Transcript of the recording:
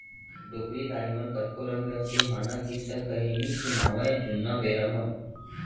डोकरी दाइ मन कतको रंग रंग के हाना, किस्सा, कहिनी सुनावयँ जुन्ना बेरा म